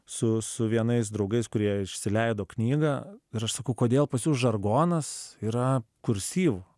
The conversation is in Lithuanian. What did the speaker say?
su su vienais draugais kurie išsileido knygą ir aš sakau kodėl pas jus žargonas yra kursyvu